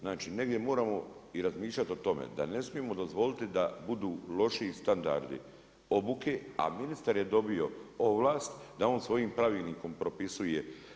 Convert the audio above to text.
Znači negdje moramo i razmišljati o tome, da ne smijemo dozvoliti da budu lošiji standardi obuke a ministar je dobio ovlast da on svojim pravilnik propisuje.